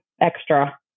extra